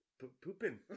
Pooping